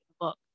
book